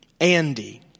Andy